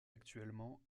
actuellement